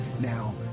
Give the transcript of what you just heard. Now